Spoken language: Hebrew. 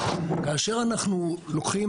כאשר אנחנו לוקחים,